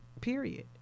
period